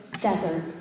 desert